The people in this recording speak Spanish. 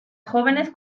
jóvenes